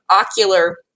ocular